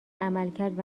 عملکرد